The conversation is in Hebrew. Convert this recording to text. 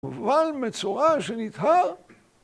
‫אבל מצורע שנטהר...